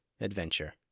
adventure